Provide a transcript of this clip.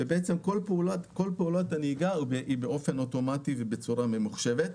וכל פעולת הנהיגה היא אוטומטית וממוחשבת.